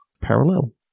Parallel